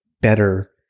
better